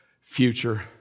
future